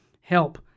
help